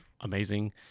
amazing